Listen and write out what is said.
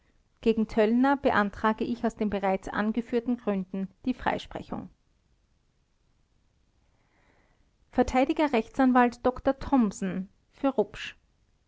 gegen töllner beantrage ich aus den bereits angeführten gründen die freisprechung verteidiger rechtsanwalt dr thomsen